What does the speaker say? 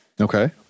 Okay